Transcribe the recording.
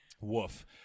Woof